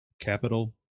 capital